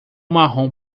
marrom